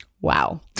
Wow